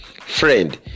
Friend